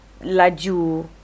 Laju